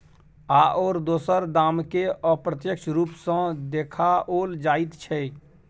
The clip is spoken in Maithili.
आओर दोसर दामकेँ अप्रत्यक्ष रूप सँ देखाओल जाइत छै